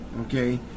Okay